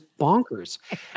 bonkers